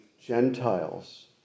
Gentiles